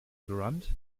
grunt